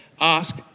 ask